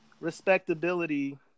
respectability